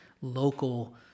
local